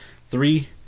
Three